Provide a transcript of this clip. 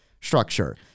structure